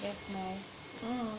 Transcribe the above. that's nice